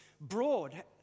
broad